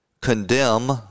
condemn